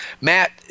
Matt